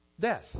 death